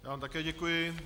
Já vám také děkuji.